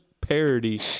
parody